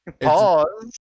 Pause